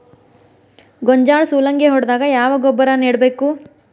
ಗೋಂಜಾಳ ಸುಲಂಗೇ ಹೊಡೆದಾಗ ಯಾವ ಗೊಬ್ಬರ ನೇಡಬೇಕು?